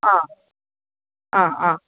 ആ ആ ആ